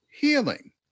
healing